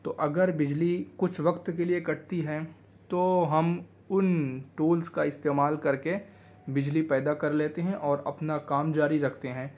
تو اگر بجلی کچھ وقت کے لیے کٹتی ہے تو ہم ان ٹولس کا استعمال کر کے بجلی پیدا کر لیتے ہیں اور اپنا کام جاری رکھتے ہیں